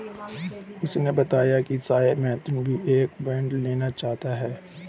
उसने बताया कि शायद मोहित भी एक बॉन्ड लेना चाहता है